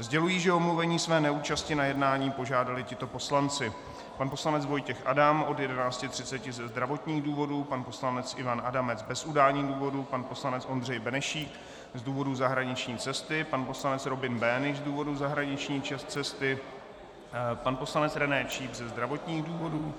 Sděluji, že o omluvení své neúčasti na jednání požádali tito poslanci: pan poslanec Vojtěch Adam od 11.30 ze zdravotních důvodů, pan poslanec Ivan Adamec bez udání důvodu, pan poslanec Ondřej Benešík z důvodu zahraniční cesty, pan poslanec Robin Böhnisch z důvodu zahraniční cesty, pan poslanec René Číp ze zdravotních důvodů,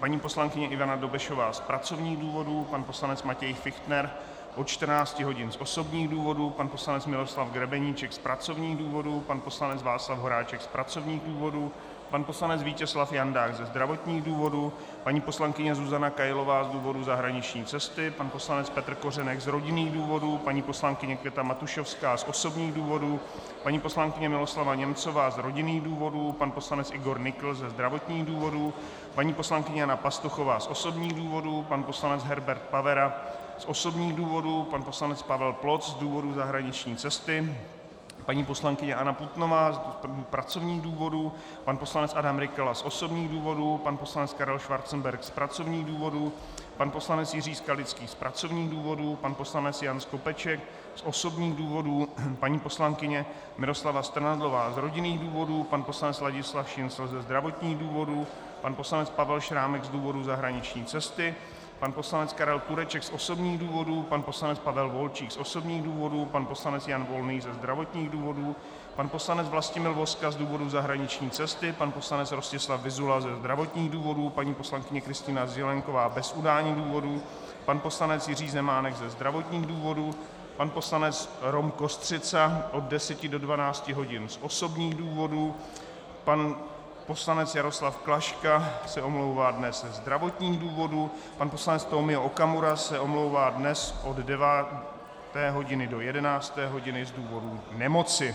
paní poslankyně Ivana Dobešová z pracovních důvodů, pan poslanec Matěj Fichtner od 14 hodin z osobních důvodů, pan poslanec Miroslav Grebeníček z pracovních důvodů, pan poslanec Václav Horáček z pracovních důvodů, pan poslanec Vítězslav Jandák ze zdravotních důvodů, paní poslankyně Zuzana Kailová z důvodu zahraniční cesty, pan poslanec Petr Kořenek z rodinných důvodů, paní poslankyně Květa Matušovská z osobních důvodů, paní poslankyně Miroslava Němcová z rodinných důvodů, pan poslanec Igor Nykl ze zdravotních důvodů, paní poslankyně Jana Pastuchová z osobních důvodů, pan poslanec Herbert Pavera z osobních důvodů, pan poslanec Pavel Ploc z důvodu zahraniční cesty, paní poslankyně Anna Putnová z pracovních důvodů, pan poslanec Adam Rykala z osobních důvodů, pan poslanec Karel Schwarzenberg z pracovních důvodů, pan poslanec Jiří Skalický z pracovních důvodů, pan poslanec Jan Skopeček z osobních důvodů, paní poslankyně Miroslava Strnadlová z rodinných důvodů, pan poslanec Ladislav Šincl ze zdravotních důvodů, pan poslanec Pavel Šrámek z důvodu zahraniční cesty, pan poslanec Karel Tureček z osobních důvodů, pan poslanec Pavel Volčík z osobních důvodů, pan poslanec Jan Volný ze zdravotních důvodů, pan poslanec Vlastimil Vozka z důvodu zahraniční cesty, pan poslanec Rostislav Vyzula ze zdravotních důvodů, paní poslankyně Kristýna Zelienková bez udání důvodu, pan poslanec Jiří Zemánek ze zdravotních důvodů, pan poslanec Rom Kostřica od 10 do 12 hodin z osobních důvodů, pan poslanec Jaroslav Klaška se omlouvá dnes ze zdravotních důvodů, pan poslanec Tomio Okamura se omlouvá dnes od 9 do 11 hodin z důvodu nemoci.